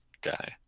guy